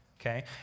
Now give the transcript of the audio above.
Okay